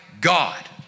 God